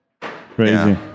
Crazy